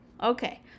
Okay